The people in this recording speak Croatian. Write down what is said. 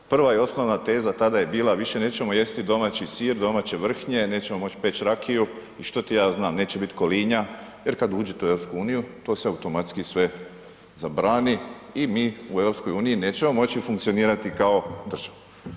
Prva i osnovna teza tada je bila više nećemo jesti domaći sir, domaće vrhnje, nećemo moći peći rakiju i što ti ja znam, neće biti kolinja, jer kad uđete u EU to se automatski sve zabrani i mi u EU nećemo moći funkcionirati kao država.